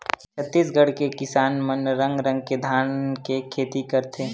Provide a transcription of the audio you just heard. छत्तीसगढ़ के किसान मन रंग रंग के धान के खेती करथे